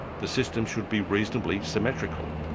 the system should be reasonably symmetrical.